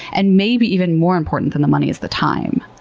and maybe even more important than the money is the time.